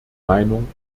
meinung